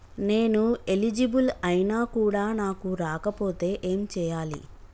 నేను ఎలిజిబుల్ ఐనా కూడా నాకు రాకపోతే ఏం చేయాలి?